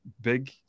big